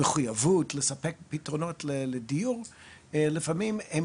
מחוייבות לספק פתרונות לדיור לפעמים הם